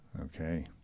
okay